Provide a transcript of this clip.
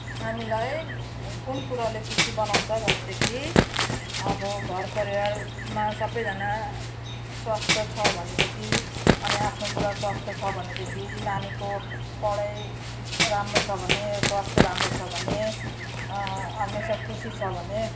हामीलाई कुन कुराले खुसी बनाउँछ भनेदेखि अब घर परिवारमा सबै जाना स्वस्थ छ भनेदेखि अनि आफ्नो बुढा स्वस्थ छ भनेदेखि नानीको पढाई राम्रो छ भने स्वास्थ्य राम्रो छ भने हमेसा खुसी छ भने